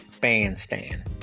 bandstand